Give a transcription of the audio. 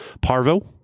parvo